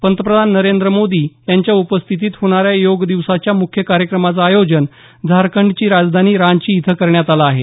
प्रधानमंत्री नरेंद्र मोदी यांच्या उपस्थितीत होणाऱ्या योग दिवसाच्या मुख्य कार्यक्रमाचं आयोजन झारखंडची राजधानी रांची इथं करण्यात आलं आहे